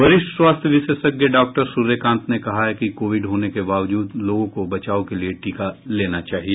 वरिष्ठ स्वास्थ्य विशेषज्ञ डॉक्टर सूर्यकांत ने कहा है कि कोविड होने के बावजूद लोगों को बचाव के लिए टीका लेना चाहिए